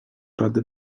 rady